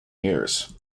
years